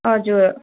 हजुर